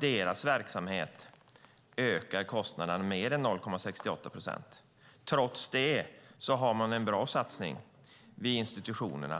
deras verksamhet ökar kostnaderna med mer än 0,68 procent. Trots det sker en bra satsning vid institutionerna.